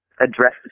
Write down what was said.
address